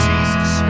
Jesus